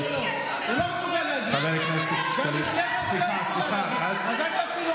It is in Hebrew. הוא לא מסוגל להגיד, אז אל תעשי לו הנחות.